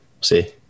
see